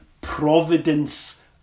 providence